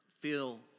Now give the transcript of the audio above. feel